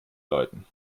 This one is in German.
läuten